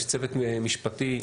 הצוות המשפטי,